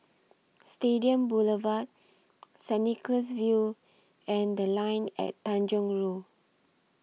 Stadium Boulevard Saint Nicholas View and The Line At Tanjong Rhu